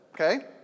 okay